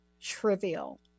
trivial